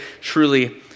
truly